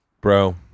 bro